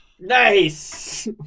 Nice